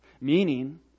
meaning